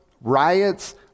riots